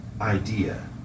idea